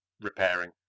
repairing